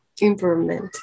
improvement